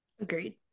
Agreed